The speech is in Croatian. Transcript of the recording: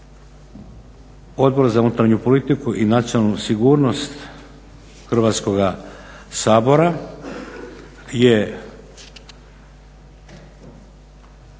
Odbor za unutarnju politiku i nacionalnu sigurnost Hrvatskoga sabora je